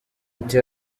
ati